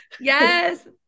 yes